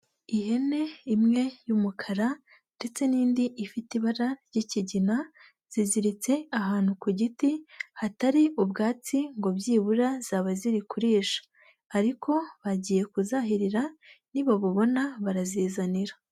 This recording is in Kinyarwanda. Ihene imwe y'umukara ndetse n'indi ifite ibara ry'ikigina, ziziritse ahantu ku giti hatari ubwatsi ngo byibura zaba ziri kurisha ariko bagiye ku kuzahirira nibabubona barazizanira.